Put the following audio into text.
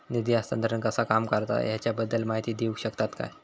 निधी हस्तांतरण कसा काम करता ह्याच्या बद्दल माहिती दिउक शकतात काय?